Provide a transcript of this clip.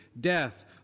death